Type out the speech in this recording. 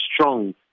strong